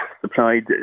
supplied